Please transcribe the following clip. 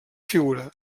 figura